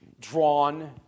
drawn